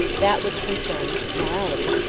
that which concerns morality,